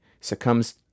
succumbs